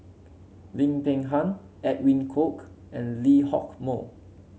Lim Peng Han Edwin Koek and Lee Hock Moh